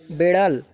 বেড়াল